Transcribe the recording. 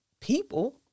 people